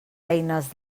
eines